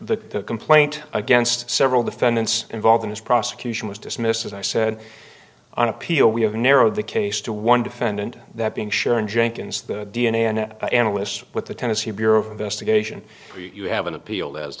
the complaint against several defendants involved in this prosecution was dismissed as i said on appeal we have narrowed the case to one defendant that being sharon jenkins the d n a and analyst with the tennessee bureau of investigation where you have an appeal as